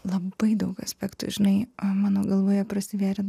labai daug aspektų žinai mano galvoje prasivėrė